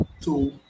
two